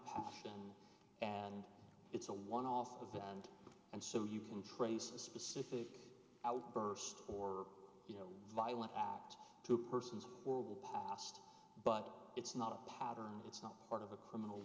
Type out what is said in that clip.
passion and it's a one off event and so you can trace a specific outburst or you know violent act to persons or will last but it's not a pattern it's not part of a criminal